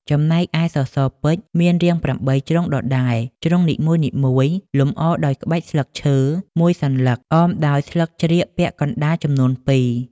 ចំណែកឯ សសរពេជ្យ មានរាង ៨ ជ្រុងដដែល ជ្រុងនីមួយៗលម្អដោយក្បាច់ស្លឹងឈើមួយសន្លឹកអមដោយស្លឹកជ្រៀកពាក់កណ្តាល់ចំនួន២។